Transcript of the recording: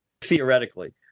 theoretically